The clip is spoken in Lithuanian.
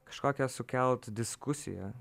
kažkokią sukelt diskusiją